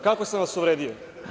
Kako sam vas uvredio?